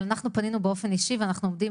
אבל אנחנו פנינו באופן אישי ואנחנו עובדים